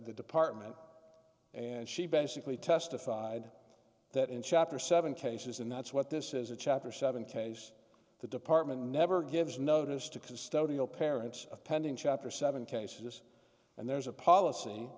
the department and she basically testified that in chapter seven cases and that's what this is a chapter seven case the department never gives notice to custodial parents of pending chapter seven cases and there's a policy